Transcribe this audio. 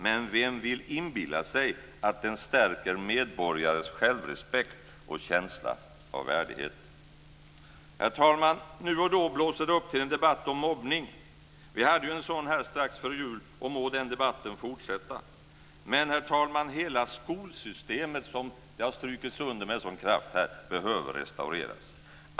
Men vem vill inbilla sig att den stärker medborgares självrespekt och känsla av värdighet? Herr talman! Nu och då blåser det upp till en debatt om mobbning. Vi hade ju en sådan här strax före jul, och må den debatten fortsätta. Men, herr talman, hela skolsystem, som det har strukits under med sådan kraft här, behöver restaureras.